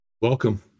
Welcome